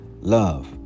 love